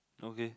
okay